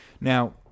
Now